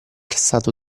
stato